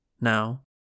Now